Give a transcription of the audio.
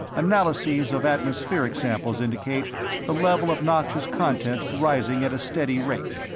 analyses of atmospheric samples indicate the level of noxious content rising at a steady rate.